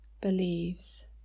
believes